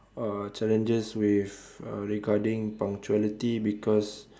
uh challenges with uh regarding punctuality because